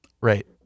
Right